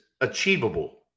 achievable